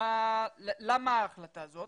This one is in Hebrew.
למה ההחלטה הזאת